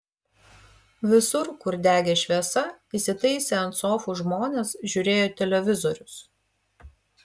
visur kur degė šviesa įsitaisę ant sofų žmonės žiūrėjo televizorius